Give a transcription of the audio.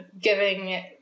giving